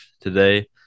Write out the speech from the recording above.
today